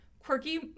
quirky